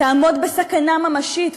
תעמוד בסכנה ממשית,